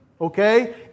okay